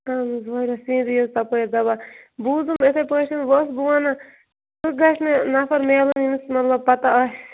اَہَن حظ واریاہ سیٖنری حظ تَپٲرۍ دَپان بوٗزُم یِتھَے پٲٹھۍ وۄنۍ بہٕ ٲسٕس وَنان گژھِ مےٚ نَفَر میلُن ییٚمِس مطلب پَتَہ آسہِ